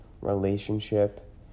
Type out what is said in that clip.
relationship